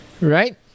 Right